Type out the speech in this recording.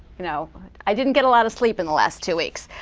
you know i didn't get a lot of sleep in the last two weeks.